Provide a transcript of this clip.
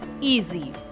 Easy